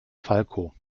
falco